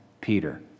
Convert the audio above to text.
Peter